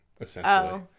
essentially